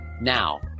Now